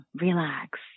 Relax